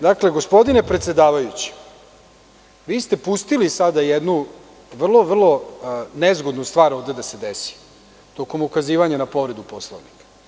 Dakle, gospodine predsedavajući, vi ste pustili sada jednu vrlo, vrlo nezgodnu stvar ovde da se desi tokom ukazivanja na povredu Poslovnika.